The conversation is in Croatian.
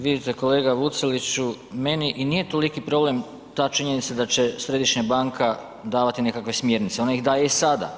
Vidite kolega Vuceliću, meni i nije toliki problem ta činjenica da će središnja banka davati nekakve smjernice, ona ih daje i sada.